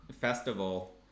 festival